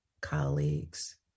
colleagues